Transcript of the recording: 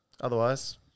Otherwise